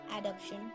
adoption